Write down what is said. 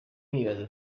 nkibaza